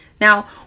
Now